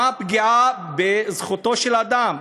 מה הפגיעה בזכותו של אדם?